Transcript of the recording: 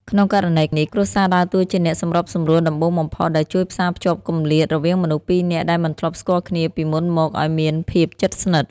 ក្នុងករណីនេះ គ្រួសារដើរតួជាអ្នកសម្របសម្រួលដំបូងបំផុតដែលជួយផ្សារភ្ជាប់គម្លាតរវាងមនុស្សពីរនាក់ដែលមិនធ្លាប់ស្គាល់គ្នាពីមុនមកឱ្យមានភាពជិតស្និទ្ធ។